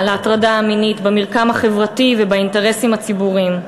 של ההטרדה המינית במרקם החברתי ובאינטרסים הציבוריים.